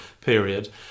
period